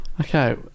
Okay